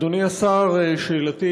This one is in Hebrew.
אדוני השר, שאלתי